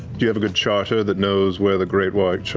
do you have a good charter that knows where the great white yeah